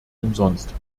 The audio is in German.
umsonst